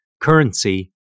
currency